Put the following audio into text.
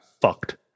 fucked